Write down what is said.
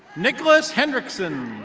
nicholas hendrickson.